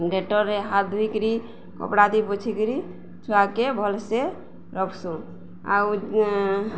ଡେଟଲରେ ହାାତ ଧୋଇକିରି କପଡ଼ା ଦେଇି ବୋଛିକିରି ଛୁଆକେ ଭଲସେ ରଖ୍ସୁ ଆଉ